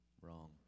wrong